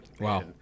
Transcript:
Wow